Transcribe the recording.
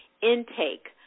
intake